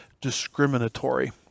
discriminatory